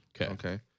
Okay